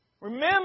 Remember